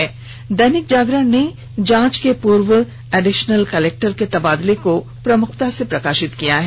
वहीं दैनिक जागरण में जांच के पूर्व एडिश्नल कलेक्टर के तबादले को प्रमुखता से प्रकाशित किया है